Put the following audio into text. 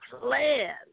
plan